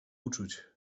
uczuć